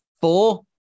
four